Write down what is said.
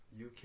UK